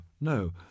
no